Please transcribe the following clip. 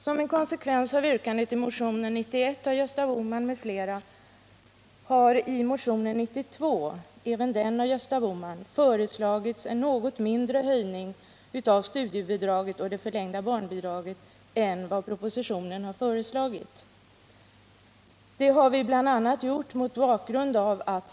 Som en konsekvens av yrkandet i motionen 91 av Gösta Bohman m.fl. har i motionen 92 —- även den med Gösta Bohman som första namn — föreslagits en något mindre höjning av studiebidraget och det förlängda barnbidraget än vad som föreslagits i propositionen.